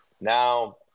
now